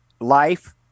life